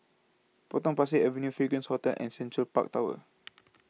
Potong Pasir Avenue Fragrance Hotel and Central Park Tower